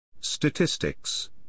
Statistics